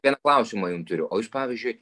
vieną klausimą jum turiu o jūs pavyzdžiui